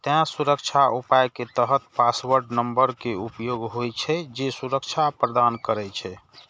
तें सुरक्षा उपाय के तहत पासवर्ड नंबर के उपयोग होइ छै, जे सुरक्षा प्रदान करै छै